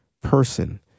person